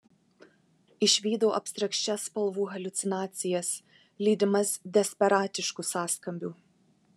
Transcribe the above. išvydau abstrakčias spalvų haliucinacijas lydimas desperatiškų sąskambių